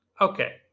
okay